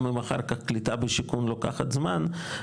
גם אם אחר כך קליטה בשיכון לוקחת זמן,